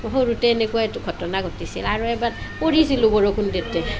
সৰুতে এনেকুৱা আৰু ঘটনা ঘটিছিল আৰু এবাৰ পৰিছিলোঁ বৰষুণ দিওঁতে